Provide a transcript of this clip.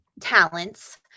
talents